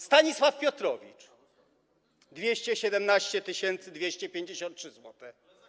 Stanisław Piotrowicz - 217 253 zł.